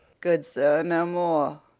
good sir, no more!